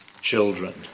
children